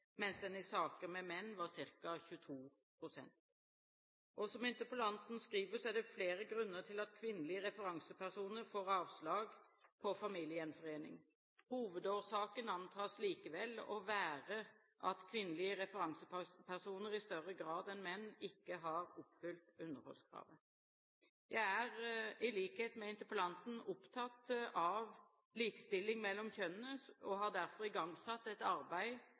mens den i saker med menn var ca. 22 pst. Som interpellanten skriver, er det flere grunner til at kvinnelige referansepersoner får avslag på familiegjenforening. Hovedårsaken antas likevel å være at kvinnelige referansepersoner i større grad enn menn ikke har oppfylt underholdskravet. Jeg er, i likhet med interpellanten, opptatt av likestilling mellom kjønnene og har derfor igangsatt et arbeid